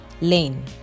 lane